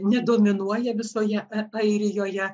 nedominuoja visoje airijoje